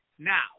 Now